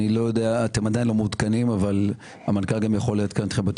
אתם עדיין לא מעודכנים אבל המנכ"ל יכול לעדכן אתכם ביותר